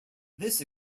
this